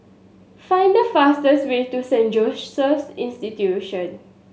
find the fastest way to Saint Joseph's Institution